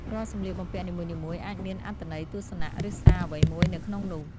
រាល់សម្លៀកបំពាក់នីមួយៗអាចមានអត្ថន័យ ទស្សនៈ ឬសារអ្វីមួយនៅក្នុងនោះ។